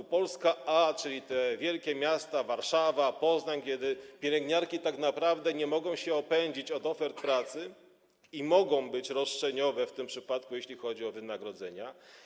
Jest Polska A, czyli wielkie miasta, Warszawa, Poznań, gdzie pielęgniarki tak naprawdę nie mogą się opędzić od ofert pracy i mogą być roszczeniowe w tym przypadku, jeśli chodzi o wynagrodzenia.